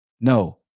No